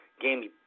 game